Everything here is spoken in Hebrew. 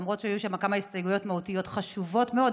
למרות שהיו שם כמה הסתייגויות מהותיות חשובות מאוד,